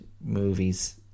movies